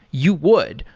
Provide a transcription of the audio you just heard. you would,